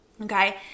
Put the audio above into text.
Okay